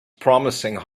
promising